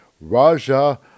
Raja